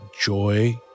joy